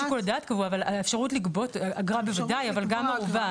האפשרות לגבות אגרה בוודאי, אבל גם ערובה.